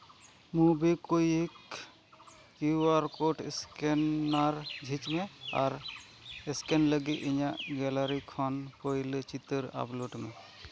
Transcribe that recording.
ᱢᱚᱵᱤ ᱠᱩᱭᱤᱠ Q R code scanner ᱡᱷᱤᱡᱽ ᱢᱮ ᱟᱨ ᱥᱠᱮᱱ ᱞᱟᱹᱜᱤᱫ ᱤᱧᱟᱹᱜ ᱜᱮᱞᱟᱨᱤ ᱠᱷᱚᱱ ᱯᱳᱭᱞᱳ ᱪᱤᱛᱟᱹᱨ ᱟᱯᱞᱳᱰ ᱢᱮ